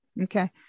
Okay